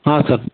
ಹಾಂ ಸರ್